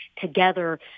together